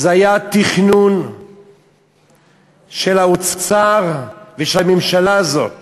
זה היה תכנון של האוצר ושל הממשלה הזאת